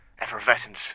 effervescent